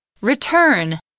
Return